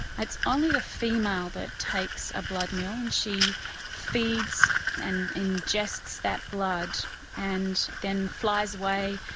it's only the female that takes a blood meal, and she feeds and ingests that blood and then flies away.